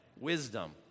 wisdom